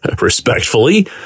respectfully